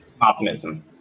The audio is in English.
optimism